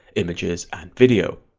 images and video.